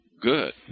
good